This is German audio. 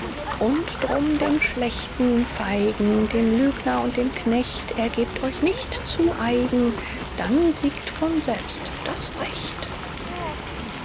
und drum dem schlechten feigen dem lügner und dem knecht ergebt euch nicht zu eigen dann siegt von selbst das recht